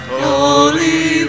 holy